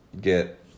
get